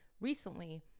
recently